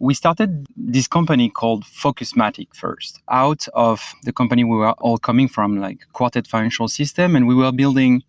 we started this company called focusmatic first out of the company we were all coming from, like quartet financial system, and we were building